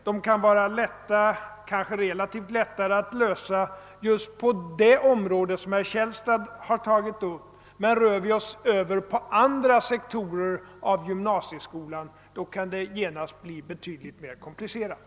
Det kan kanske vara relativt lättare att lösa dem på just det område, som herr Källstad tog upp, men inom andra sektorer av gymnasieskolan kan det bli betydligt mera komplicerat.